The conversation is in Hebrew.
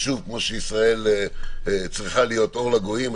כמו שישראל צריכה להית אור לגויים,